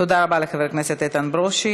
תודה רבה לחבר הכנסת איתן ברושי.